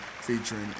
featuring